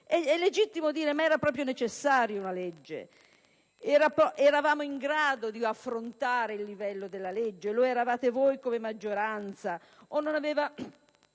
è legittimo chiedersi: era proprio necessaria una legge? Eravamo in grado di affrontare il livello della legge? Lo eravate voi come maggioranza? O aveva